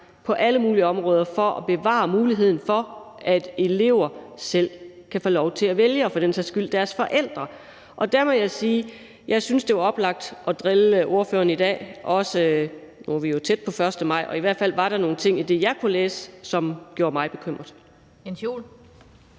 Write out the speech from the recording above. på alle mulige områder for at bevare muligheden for, at elever – og også deres forældre for den sags skyld – selv kan få lov til at vælge, og der må jeg sige, at jeg syntes, det var oplagt at drille spørgeren i dag. Nu er vi jo tæt på 1. maj, og i hvert fald var nogle ting i det, jeg kunne læse, som gjorde mig bekymret.